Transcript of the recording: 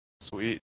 Sweet